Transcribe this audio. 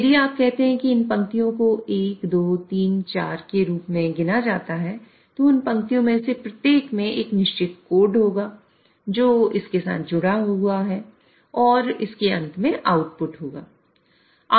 यदि आप कहते हैं कि इन पंक्तियों को 1 2 3 4 के रूप में गिना जाता है तो उन पंक्तियों में से प्रत्येक में एक निश्चित कोड होगा जो इसके साथ जुड़ा हुआ है और इसके अंत में आउटपुट होगा